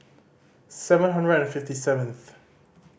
seven hundred and fifty seventh